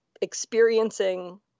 experiencing